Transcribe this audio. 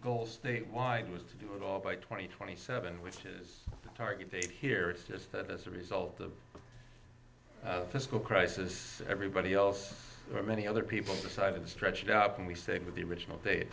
goal state wide was to do it all by twenty twenty seven which is the target date here it's just that as a result of fiscal crisis everybody else or many other people decided to stretch it out and we stayed with the original date